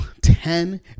Ten